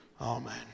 Amen